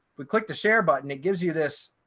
we click the share button, it gives you this,